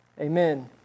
Amen